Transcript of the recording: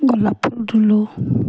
গোলাপ ফুল ৰুলোঁ